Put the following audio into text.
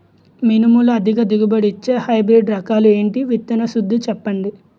మినుములు అధిక దిగుబడి ఇచ్చే హైబ్రిడ్ రకాలు ఏంటి? విత్తన శుద్ధి చెప్పండి?